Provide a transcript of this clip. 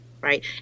Right